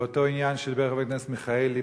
באותו עניין שהעלה חבר הכנסת מיכאלי,